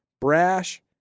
brash